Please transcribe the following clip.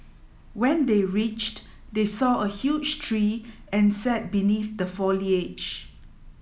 when they reached they saw a huge tree and sat beneath the foliage